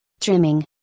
trimming